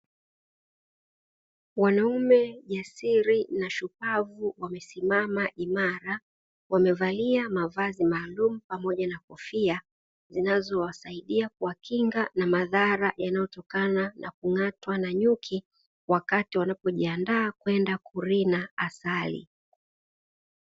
Wanaume jasiri na shupavu wamesimama imara, wamevalia mavazi maalum pamoja na kofia zinazowasaidia kuwakinga na madhara yanayotokana na kung'atwa na nyuki wakati wanapojiandaa kwenda kurina asali.